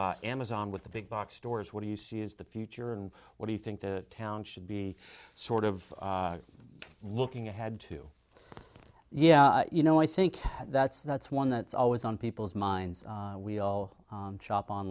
of amazon with the big box stores what do you see as the future and what do you think the town should be sort of looking ahead to yeah you know i think that's that's one that's always on people's minds we'll shop on